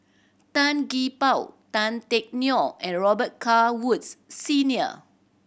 Tan Gee Paw Tan Teck Neo and Robet Carr Woods Senior